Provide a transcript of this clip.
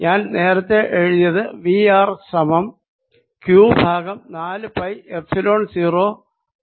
ഞാൻ നേരത്തെ എഴുതിയത് V r സമം ക്യൂ ബൈ നാല് പൈ എപ്സിലോൺ 0 ഗുണം ഒന്ന് ബൈ r